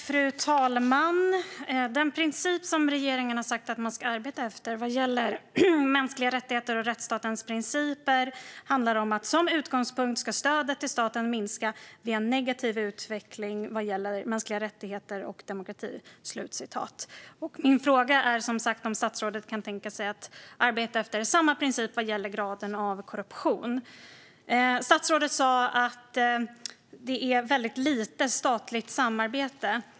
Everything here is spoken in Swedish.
Fru talman! Den princip som regeringen har sagt att man ska arbeta efter vad gäller mänskliga rättigheter och rättsstatens principer är: "Som utgångspunkt ska stödet till staten minska vid en negativ utveckling vad gäller mänskliga rättigheter och demokrati." Min fråga är som sagt om statsrådet kan tänka sig att arbeta efter samma princip vad gäller graden av korruption. Statsrådet sa att det är väldigt lite statligt samarbete.